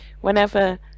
whenever